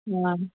आं